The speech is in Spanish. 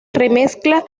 remezcla